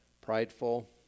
prideful